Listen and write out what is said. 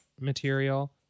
material